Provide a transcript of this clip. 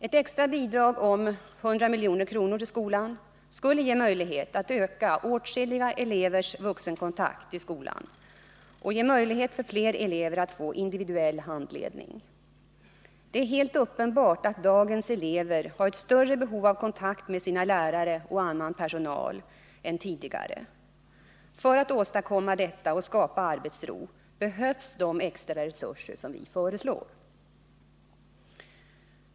Ett extra bidrag på 100 milj.kr. till skolan skulle ge möjlighet att öka åtskilliga elevers vuxenkontakt i skolan och möjliggöra för fler elever att få individuell handledning. Det är helt uppenbart att dagens elever har ett större behov än tidigare av kontakt med sina lärare och med annan personal. För att åstadkomma detta och skapa arbetsro behövs de extra resurser som vi föreslår.